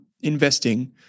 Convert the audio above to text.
investing